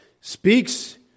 speaks